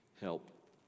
help